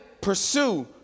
pursue